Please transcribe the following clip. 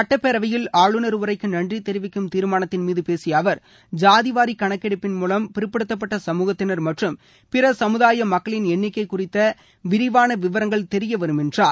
சுட்டப்பேரவையில் ஆளுநர் உரைக்கு நன்றி தெரிவிக்கும் தீர்மானத்தின் மீது பேசிய அவர் ஜாதிவாரி கணக்கெடுப்பின் மூலம் பிற்படுத்தப்பட்ட சமுகத்தினர் மற்றும் பிற சமுதாய மக்களின் எண்ணிக்கை குறித்த விரிவான விவரங்கள் தெரியவரும் என்றார்